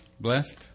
Blessed